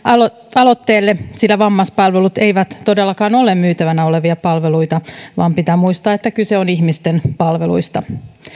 aloitteelle sillä vammaispalvelut eivät todellakaan ole myytävänä olevia palveluita vaan pitää muistaa että kyse on ihmisten palveluista kansalais